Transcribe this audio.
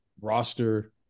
roster